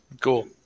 Cool